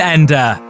Ender